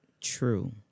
True